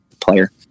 player